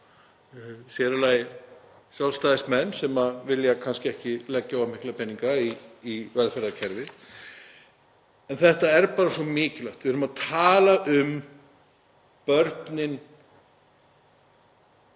sér í lagi Sjálfstæðismenn sem vilja kannski ekki leggja of mikla peninga í velferðarkerfið. En þetta er bara svo mikilvægt. Við erum að tala um börnin